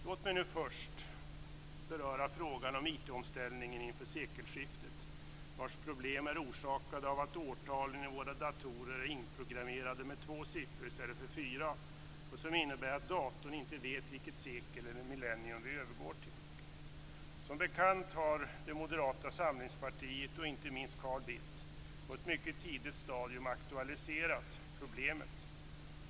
Låt mig först beröra frågan om IT-omställningen inför sekelskiftet, vars problem är orsakade av att årtalen i våra datorer är inprogrammerade med två siffror i stället för fyra. Det innebär att datorn inte vet vilket sekel eller millennium vi övergår till. Som bekant har Moderata samlingspartiet och inte minst Carl Bildt på ett mycket tidigt stadium aktualiserat problemet.